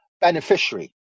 beneficiary